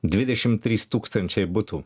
dvidešim trys tūkstančiai butų